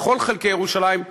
בכל חלקי ירושלים,